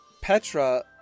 Petra